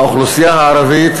האוכלוסייה הערבית,